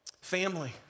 Family